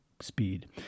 speed